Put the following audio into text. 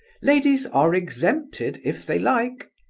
ladies are exempted if they like.